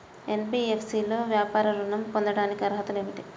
NBFC లో వ్యాపార ఋణం పొందటానికి అర్హతలు ఏమిటీ?